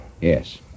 Yes